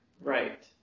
right